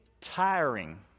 tiring